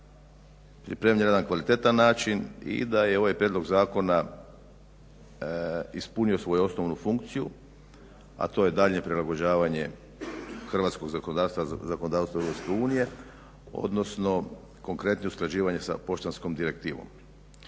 pripremljen na jedan kvalitetan način i da je ovaj prijedlog zakona ispunio svoju osnovnu funkciju, a to je daljnje prilagođavanje hrvatskog zakonodavstva zakonodavstvu EU, odnosno konkretnije usklađivanje sa poštanskom direktivom.